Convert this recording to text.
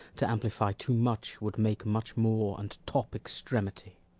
to amplify too much, would make much more, and top extremity.